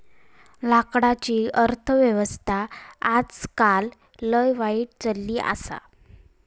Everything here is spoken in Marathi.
लाकडाची अर्थ व्यवस्था आजकाल लय वाईट चलली आसा